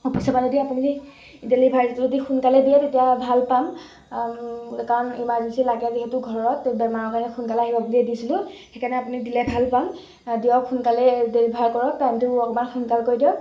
অফিচৰ পৰা যদি আপুনি ডেলিভাৰ যদি সোনকালে দিয়ে তেতিয়া ভাল পাম কাৰণ ইমাৰজেঞ্চি লাগে যিহেতু ঘৰত বেমাৰৰ কাৰণে সোনকালে আহিব বুলিয়ে দিছিলোঁ সেইকাৰণে আপুনি দিলে ভাল পাম দিয়ক সোনকালে ডেলিভাৰ কৰক টাইমটো অকণমান সোনকাল কৰি দিয়ক